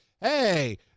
Hey